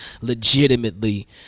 Legitimately